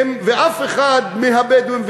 ואף אחד מהבדואים,